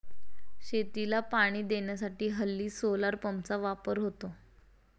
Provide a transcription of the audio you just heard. शेतीला पाणी देण्यासाठी हल्ली सोलार पंपचा वापर होतो